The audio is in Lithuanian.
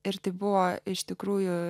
ir tai buvo iš tikrųjų